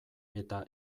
eta